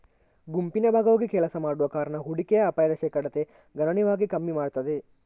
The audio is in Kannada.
ಗುಂಪಿನ ಭಾಗವಾಗಿ ಕೆಲಸ ಮಾಡುವ ಕಾರಣ ಹೂಡಿಕೆಯ ಅಪಾಯದ ಶೇಕಡತೆ ಗಣನೀಯವಾಗಿ ಕಮ್ಮಿ ಮಾಡ್ತದೆ